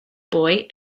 boy